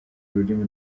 rurimi